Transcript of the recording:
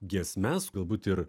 giesmes galbūt ir